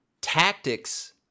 tactics